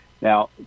Now